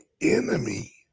enemy